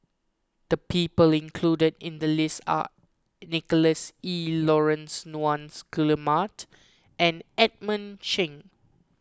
the people included in the list are Nicholas Ee Laurence Nunns Guillemard and Edmund Cheng